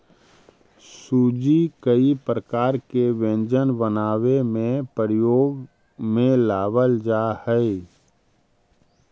सूजी कई प्रकार के व्यंजन बनावे में प्रयोग में लावल जा हई